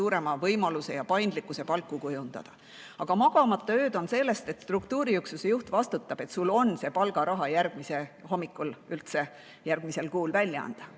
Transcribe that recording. suurema võimaluse ja paindlikkuse palku kujundada. Aga magamata ööd tulevad sellest, et struktuuriüksuse juht vastutab, et sul oleks see palgaraha järgmisel hommikul, järgmisel kuul üldse välja anda.